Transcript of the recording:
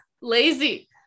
Lazy